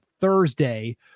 Thursday